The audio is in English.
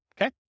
Okay